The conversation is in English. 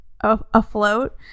afloat